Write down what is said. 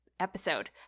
episode